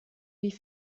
wie